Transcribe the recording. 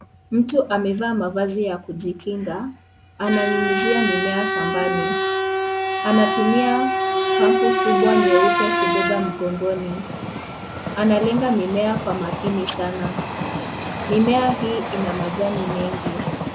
Mtu amevaa mavazi ya kujikinga, ananyunyizia mimea shambani. Anatumia pampu kubwa nyeupe kubeba mkongoni .Analinga mimea Kwa makini Sana, mimea hii ina majani mengi.